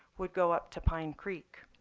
would go up to pine creek.